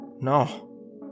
No